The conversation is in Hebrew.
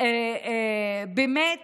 באמת